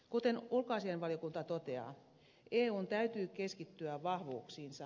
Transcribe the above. kuten ulkoasianvaliokunta toteaa eun täytyy keskittyä vahvuuksiinsa